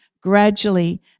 gradually